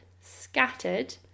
scattered